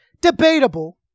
debatable